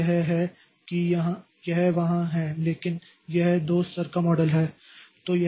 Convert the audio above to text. तो यह है कि यह वहाँ है लेकिन यह दो स्तर का मॉडल है